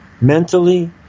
mentally